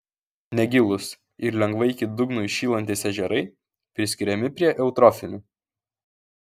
negilūs ir lengvai iki dugno įšylantys ežerai priskiriami prie eutrofinių